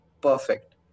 perfect